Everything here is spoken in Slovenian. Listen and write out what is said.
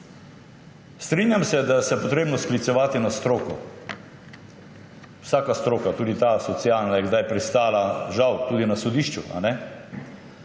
Strinjam se, da se je potrebno sklicevati na stroko. Vsaka stroka, tudi socialna, je kdaj pristala, žal, tudi na sodišču. Ampak